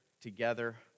together